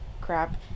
crap